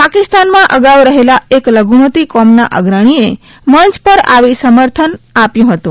પાકિસ્તાનમાં અગાઉ રહેલા એક લઘુમતિ કોમના અગ્રણીએ મંચ પર આવી સમર્થન આપ્યુ હતુ